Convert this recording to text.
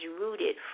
rooted